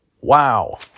Wow